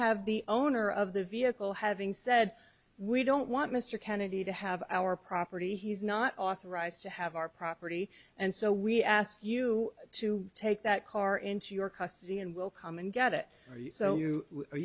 have the owner of the vehicle having said we don't want mr kennedy to have our property he's not authorized to have our property and so we asked you to take that car into your custody and we'll come and get it for you